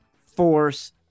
force